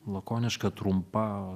lakoniška trumpa